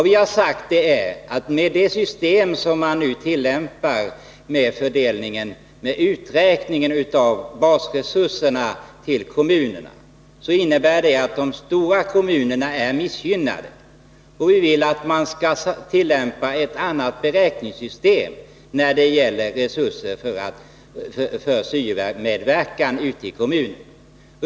Vi har sagt att det system man nu tillämpar för beräkningen av basresurserna till kommunerna innebär att de stora kommunerna är missgynnade. Vi vill att man skall tillämpa ett annat beräkningssystem när det gäller resurser för syo-verksamheten i kommunerna.